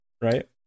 right